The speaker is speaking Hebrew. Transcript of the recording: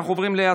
נתקבלה.